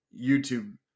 YouTube